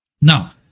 Now